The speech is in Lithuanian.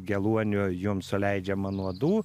geluoniu jums suleidžiama nuodų